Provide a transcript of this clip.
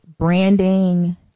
branding